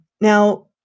now